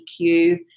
EQ